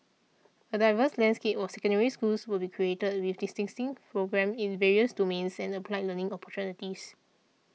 a diverse landscape of Secondary Schools will be created with distinctive programmes in various domains and applied learning opportunities